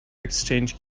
exchange